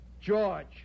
George